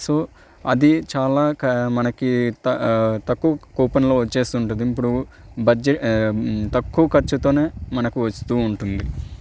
so అది చాలా క మనకి త తక్కువ కూపన్లో వచ్చేస్తుంటుంది ఇప్పుడు బడ్జె తక్కువ ఖర్చుతోనే మనకు వస్తూ ఉంటుంది